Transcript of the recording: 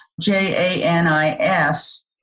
J-A-N-I-S